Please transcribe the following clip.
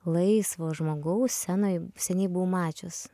laisvo žmogaus scenoj seniai buvau mačius